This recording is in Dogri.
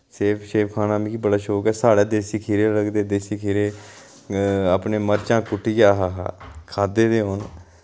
सेब शेब खाना मिकी बड़ा शौक ऐ साढ़ै देसी खीरे लगदे देसी खीरे अपनै मर्चां कुट्टियै आ हा हा खाद्धे दे होन